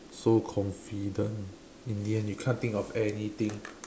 so confident in the end you can't think of anything